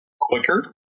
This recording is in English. quicker